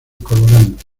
colorante